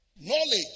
knowledge